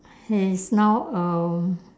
is now um